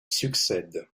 succède